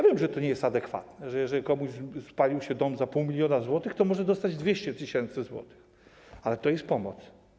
Wiem, że to nie jest adekwatne, komuś spalił się dom za pół miliona złotych, a może dostać 200 tys. zł, ale to jest pomoc.